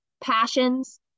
Passions